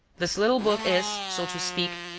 this little book is, so to speak,